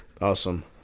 Awesome